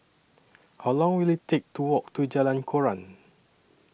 How Long Will IT Take to Walk to Jalan Koran